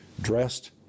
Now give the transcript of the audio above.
Dressed